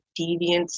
deviance